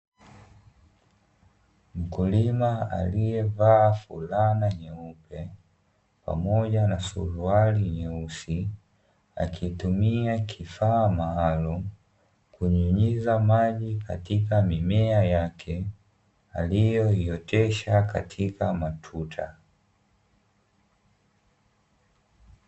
Mkulima aliyevaa fulana nyeupe pamoja na suruali nyeusi, akitumia kifaa maalumu kunyunyiza maji katika mimea yake, aliyoiotesha katika matuta.